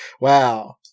Wow